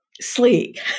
sleek